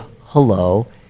hello